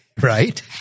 right